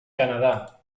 canadá